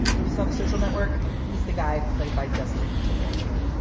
if you saw the social network, he's the guy played by justin timberlake.